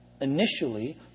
initially